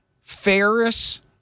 Ferris